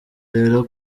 rero